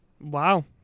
Wow